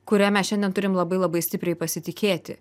kuria mes šiandien turim labai labai stipriai pasitikėti